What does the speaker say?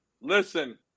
Listen